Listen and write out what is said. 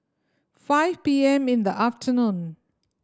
five P M in the afternoon